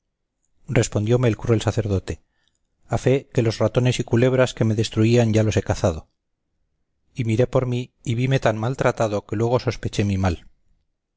respondióme el cruel sacerdote a fe que los ratones y culebras que me destruían ya los he cazado y miré por mí y vime tan maltratado que luego sospeché mi mal